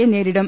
യെ നേരിടും